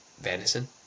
Venison